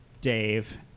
Dave